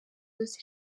yose